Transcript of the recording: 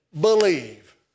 Believe